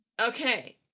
Okay